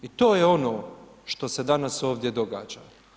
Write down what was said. I to je ono što se danas ovdje događa.